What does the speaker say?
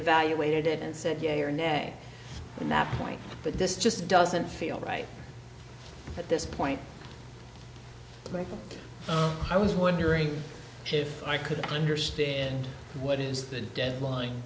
evaluated it and said yea or nay on that point but this just doesn't feel right at this point but i was wondering if i could understand what is the deadline